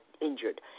injured